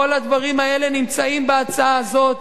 כל הדברים האלה נמצאים בהצעה הזאת,